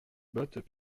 bottes